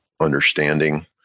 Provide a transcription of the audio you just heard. understanding